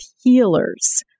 healers